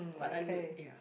but I look ya